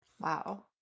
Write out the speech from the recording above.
Wow